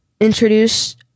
introduce